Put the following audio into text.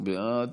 בעד.